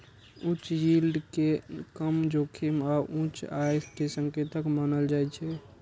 उच्च यील्ड कें कम जोखिम आ उच्च आय के संकेतक मानल जाइ छै